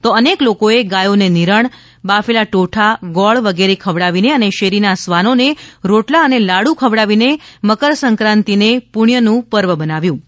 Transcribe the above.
તો અનેક લોકોએ ગાયોને નિરણ બાફેલા ટોઠા ગોળ વગેરે ખવડાવીને અને શેરીના શ્વાનોને રોટલા અને લાડુ ખવડાવીને મકરસંકાંતિને પૂસ્થનું પર્વ બનાવ્યું હતું